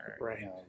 Right